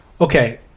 okay